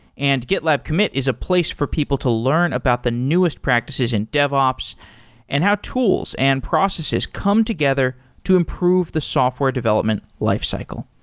and gitlab commit is a place for people to learn about the newest practices in dev ops and how tools and processes come together to improve the software development lifecycle.